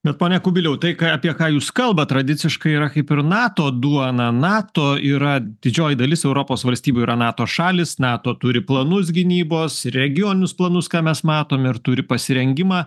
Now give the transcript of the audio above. bet pone kubiliau tai ką apie ką jūs kalbat tradiciškai yra kaip ir nato duona nato yra didžioji dalis europos valstybių yra nato šalys nato turi planus gynybos ir regioninius planus ką mes matom ir turi pasirengimą